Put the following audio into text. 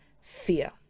fear